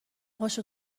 هاشو